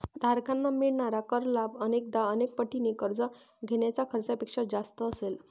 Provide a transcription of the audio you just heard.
धारकांना मिळणारा कर लाभ अनेकदा अनेक पटीने कर्ज घेण्याच्या खर्चापेक्षा जास्त असेल